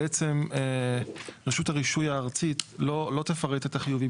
בעצם רשות הרישוי הארצית לא תפרט את החיובים.